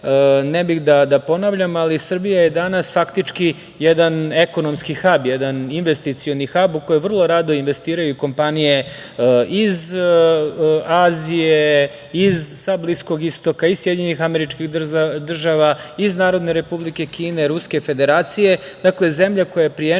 ne bih da ponavljam, ali Srbija je danas faktički jedan ekonomski hab, jedan investicioni hab u koji vrlo rado investiraju kompanije iz Azije, sa Bliskog Istoka i SAD, iz Narodne Republike Kine, Ruske Federacije. Dakle, zemlja koja je prijemčiva